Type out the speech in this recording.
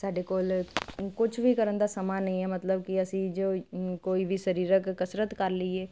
ਸਾਡੇ ਕੋਲ ਕੁਛ ਵੀ ਕਰਨ ਦਾ ਸਮਾਂ ਨਹੀਂ ਹੈ ਮਤਲਬ ਕਿ ਅਸੀਂ ਜੋ ਕੋਈ ਵੀ ਸਰੀਰਕ ਕਸਰਤ ਕਰ ਲਈਏ